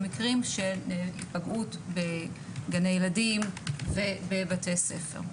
מקרים של היפגעות בגני ילדים ובבתי ספר.